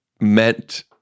meant